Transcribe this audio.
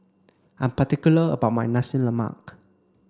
I'm particular about my Nasi Lemak